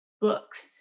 Books